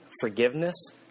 forgiveness